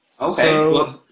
Okay